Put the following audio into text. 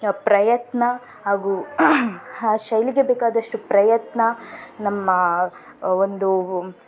ಪ್ರಯತ್ನ ಹಾಗೂ ಆ ಶೈಲಿಗೆ ಬೇಕಾದಷ್ಟು ಪ್ರಯತ್ನ ನಮ್ಮ ಒಂದು